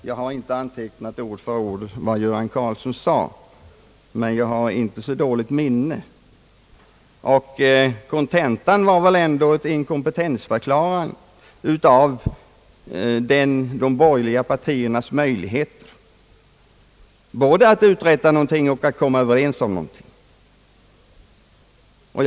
Jag har inte antecknat ord för ord vad herr Göran Karlsson sade, men jag har inte så dåligt minne, och kontentan var väl ändå en inkompetensförklaring av de borgerliga partierna när det gäller möjligheterna både att uträtta någonting och att komma öÖverens om någonting.